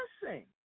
blessing